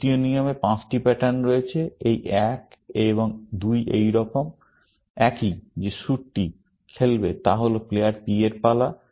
তৃতীয় নিয়মে পাঁচটি প্যাটার্ন রয়েছে এই এক এবং দুই এইরকম একই যে স্যুটটি খেলবে তা হল প্লেয়ার p এর পালা